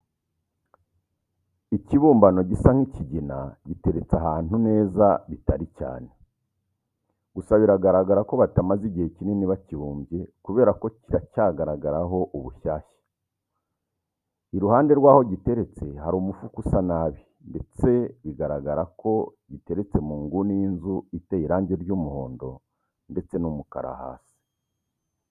Ikibumbano gisa nk'ikigina giteretse ahantu neza bitari cyane, gusa biragaragara ko batamaze igihe kinini bakibumbye kubera ko kiracyagaragaraho ubushyashya. Iruhande rwaho giteretse hari umufuka usa nabi, ndetse bigaragara ko giteretse mu nguni y'inzu iteye irangi ry'umuhondo ndetse n'umukara hasi.